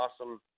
awesome